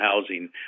housing